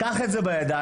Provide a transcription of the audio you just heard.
קח את זה בידיים.